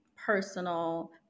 personal